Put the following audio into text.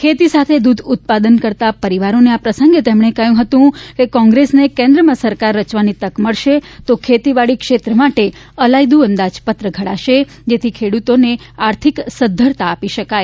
ખેતી સાથે દૂધ ઉત્પાદન કરતા પરિવારોને આ પ્રસંગે તેમણે કહ્યું હતું કે કોંગ્રેસને કેન્દ્રમાં સરકાર રચવાની તક મળશે તો ખેતીવાડી ક્ષેત્ર માટે અલાયદું અંદાજપત્ર ઘડાશે જેથી ખેડૂતોને આર્થિક સદ્ધરતા આપી શકાય